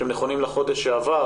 שהם נכונים לחודש שעבר,